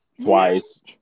Twice